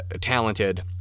talented